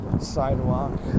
sidewalk